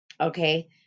okay